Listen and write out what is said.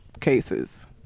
cases